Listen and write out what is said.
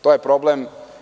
To je problem.